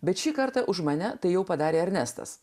bet šį kartą už mane tai jau padarė ernestas